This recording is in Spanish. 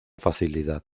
facilidad